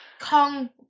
Kong